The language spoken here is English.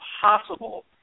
possible